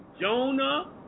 Jonah